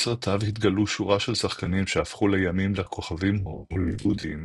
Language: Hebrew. בסרטיו התגלו שורה של שחקנים שהפכו לימים לכוכבים הוליוודיים,